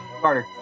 Carter